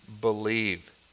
believe